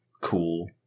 cool